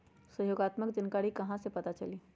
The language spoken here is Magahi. सहयोगात्मक जानकारी कहा से पता चली?